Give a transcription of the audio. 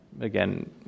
again